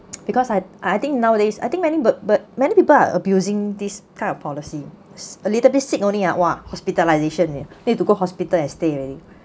because I I think nowadays I think many b~ but many people are abusing this kind of policy a little bit sick only ah !wah! hospitalization need to go hospital and stay already